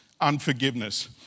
Unforgiveness